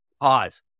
Pause